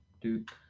dude